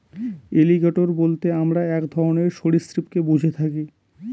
alligator বলতে আমরা এক ধরনের সরীসৃপকে বুঝে থাকি